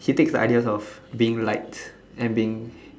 he takes the ideas of being liked and being